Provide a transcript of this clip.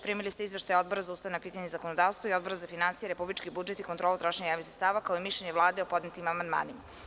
Primili ste izveštaje Odbra za ustavna pitanja i zakonodavstvo i Odbra za finansije, republički budžet i kontrolu trošenja javnih sredstava, kao i mišljenje Vlade o podnetim amandmanima.